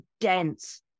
dense